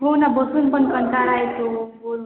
हो ना बसून पण कंटाळा येतो बोल